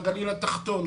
בגליל התחתון,